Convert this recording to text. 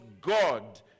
God